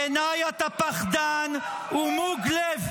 בעיניי אתה פחדן ומוג לב.